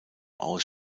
aus